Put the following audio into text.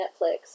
Netflix